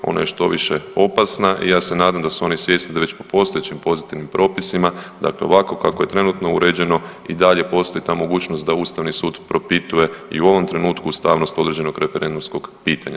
Ona je štoviše opasna i ja se nadam da su oni svjesni da već po postojećim pozitivnim propisima dakle ovako kako je trenutno uređeno i dalje postoji ta mogućnost da Ustavni sud propituje i u ovom trenutku ustavnost određenog referendumskog pitanja.